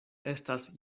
estas